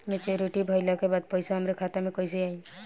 Maturity भईला के बाद पईसा हमरे खाता में कइसे आई?